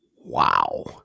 Wow